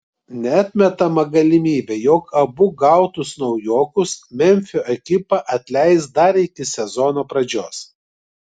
neatmetama galimybė jog abu gautus naujokus memfio ekipa atleis dar iki sezono pradžios